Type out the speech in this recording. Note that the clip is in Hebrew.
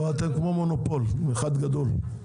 אתם כמו מונופול אחד גדול.